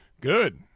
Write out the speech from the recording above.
Good